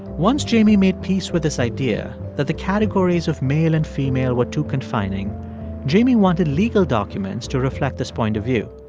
once jamie made peace with this idea that the categories of male and female were too confining jamie wanted legal documents to reflect this point of view.